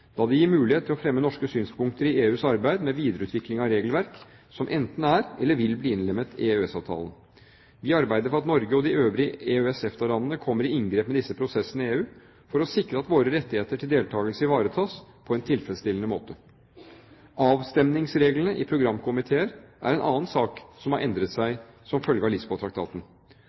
da det gir mulighet til å fremme norske synspunkter i EUs arbeid med videreutvikling av regelverk som enten er eller vil bli innlemmet i EØS-avtalen. Vi arbeider for at Norge og de øvrige EØS/EFTA-landene kommer i inngrep med disse prosessene i EU, for å sikre at våre rettigheter til deltakelse ivaretas på en tilfredsstillende måte. Avstemningsreglene i programkomiteer er en annen sak som har endret seg som følge av